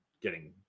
getting-